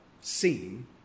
seen